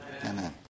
Amen